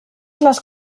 les